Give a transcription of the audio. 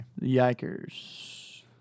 Yikers